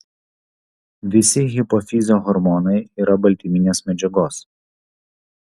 visi hipofizio hormonai yra baltyminės medžiagos